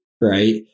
right